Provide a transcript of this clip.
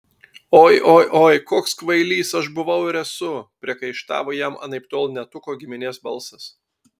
oi oi oi koks kvailys aš buvau ir esu priekaištavo jam anaiptol ne tuko giminės balsas